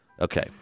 Okay